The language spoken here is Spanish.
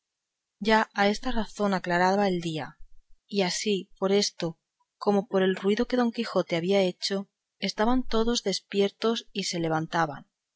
ya a esta sazón aclaraba el día y así por esto como por el ruido que don quijote había hecho estaban todos despiertos y se levantaban